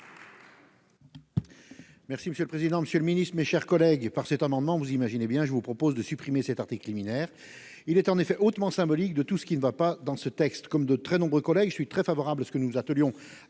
Merci monsieur le président, Monsieur le Ministre, mes chers collègues par cet amendement. Vous imaginez bien, je vous propose de supprimer cet article liminaire, il est en effet hautement symbolique de tout ce qui ne va pas dans ce texte, comme de très nombreux collègues. Je suis très favorable à ce que nous nous attelions à une réforme des retraites